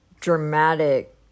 dramatic